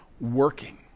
working